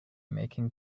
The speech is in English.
making